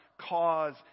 cause